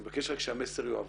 אני מבקש רק שהמסר יועבר